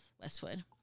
Westwood